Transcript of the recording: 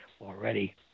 already